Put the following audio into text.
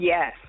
Yes